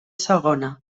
segona